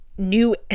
new